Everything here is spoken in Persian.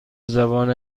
زبان